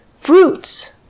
fruits